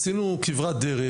עשינו כברת דרך,